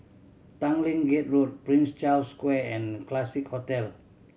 Tanglin Gate Road Prince Charles Square and Classique Hotel